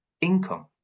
income